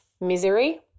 misery